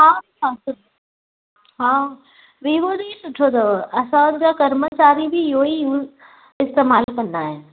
हा हा हा वीवो जो ई सुठो अथव असांजा कर्मचारी बि उहो ई यूज़ इस्तेमालु कंदा आहिनि